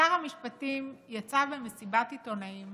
שר המשפטים יצא במסיבת עיתונאים